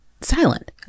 silent